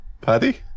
Paddy